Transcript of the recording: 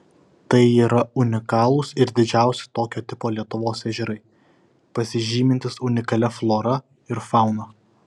tai yra unikalūs ir didžiausi tokio tipo lietuvos ežerai pasižymintys unikalia flora ir fauna